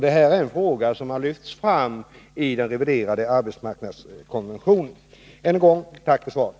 Detta är en fråga som har lyfts fram i den reviderade arbetsmarknadskonventionen. Än en gång: Tack för svaret!